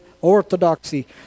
orthodoxy